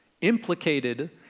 implicated